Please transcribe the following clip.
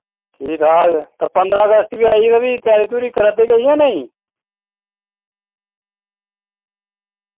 ठीक ठाक ते पदरां अगस्त बी आई ते फिरी त्यारी त्यूरी करा दे किश जां नेईं